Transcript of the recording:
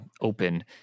open